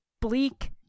bleak